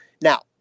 Now